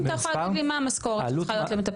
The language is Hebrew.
אם אתה יכול להגיד לי מה המשכורת שצריכה להיות למטפלת.